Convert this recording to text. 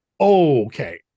okay